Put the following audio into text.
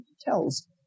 tells